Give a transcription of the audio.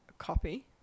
copy